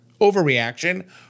Overreaction